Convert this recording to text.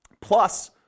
plus